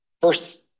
first